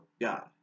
God